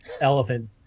elephant